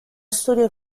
studio